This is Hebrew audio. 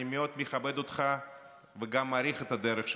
אני מאוד מכבד אותך וגם מעריך את הדרך שלך.